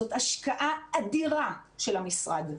זאת השקעה אדירה של המשרד.